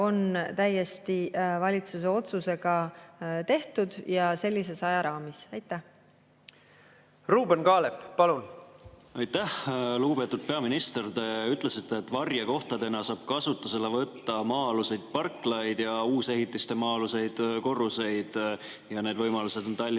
on täiesti valitsuse otsusega tehtud ja sellises ajaraamis. Ruuben Kaalep, palun! Ruuben Kaalep, palun! Aitäh, lugupeetud peaminister! Te ütlesite, et varjekohtadena saab kasutusele võtta maa-aluseid parklaid ja uusehitiste maa-aluseid korruseid ning need võimalused on Tallinnas